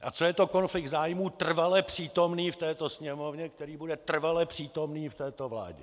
A co je to konflikt zájmů trvale přítomný v této Sněmovně, který bude trvale přítomný v této vládě.